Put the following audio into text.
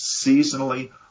seasonally